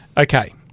Okay